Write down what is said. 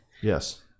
yes